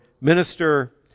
minister